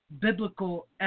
biblical